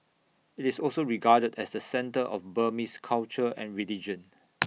IT is also regarded as the centre of Burmese culture and religion